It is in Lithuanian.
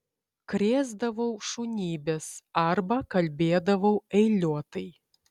krėsdavau šunybes arba kalbėdavau eiliuotai